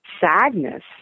sadness